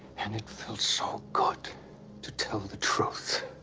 and it felt so good to tell the truth.